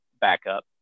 backup